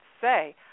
say